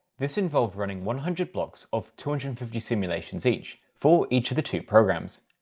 this involved running one hundred blocks of two hundred and fifty simulations each for each of the two programs.